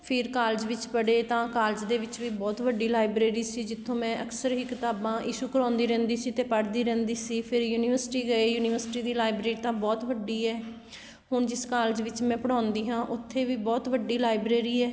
ਫਿਰ ਕਾਲਜ ਦੇ ਪੜ੍ਹੇ ਤਾਂ ਕਾਲਜ ਦੇ ਵਿੱਚ ਵੀ ਬਹੁਤ ਵੱਡੀ ਲਾਇਬ੍ਰੇਰੀ ਸੀ ਜਿੱਥੋਂ ਮੈਂ ਅਕਸਰ ਹੀ ਕਿਤਾਬਾਂ ਇਸ਼ੂ ਕਰਵਾਉਂਦੀ ਰਹਿੰਦੀ ਸੀ ਅਤੇ ਪੜ੍ਹਦੀ ਰਹਿੰਦੀ ਸੀ ਫਿਰ ਯੂਨੀਵਰਸਿਟੀ ਗਈ ਯੂਨੀਵਰਸਿਟੀ ਦੀ ਲਾਇਬ੍ਰੇਰੀ ਤਾਂ ਬਹੁਤ ਵੱਡੀ ਹੈ ਹੁਣ ਜਿਸ ਕਾਲਜ ਵਿੱਚ ਮੈਂ ਪੜ੍ਹਾਉਂਦੀ ਹਾਂ ਉੱਥੇ ਵੀ ਬਹੁਤ ਵੱਡੀ ਲਾਇਬ੍ਰੇਰੀ ਹੈ